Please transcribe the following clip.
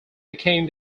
became